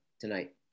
tonight